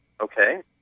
Okay